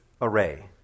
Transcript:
array